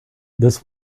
this